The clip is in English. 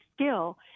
skill